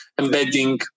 embedding